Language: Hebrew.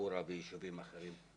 לנאעורה ויישובים אחרים?